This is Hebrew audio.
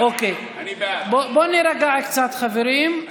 בואו נירגע קצת, חברים.